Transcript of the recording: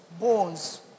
bones